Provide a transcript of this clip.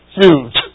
huge